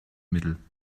mittel